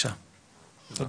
תודה